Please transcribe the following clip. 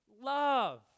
love